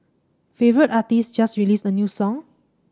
favourite artist just released a new song